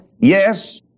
Yes